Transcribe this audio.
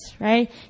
right